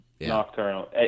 Nocturnal